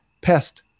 pest